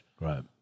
Right